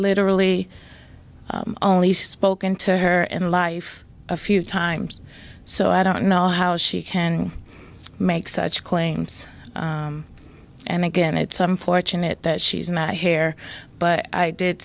literally only spoken to her and life a few times so i don't know how she can make such claims and again it's unfortunate that she's in my hair but i did